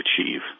achieve